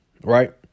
right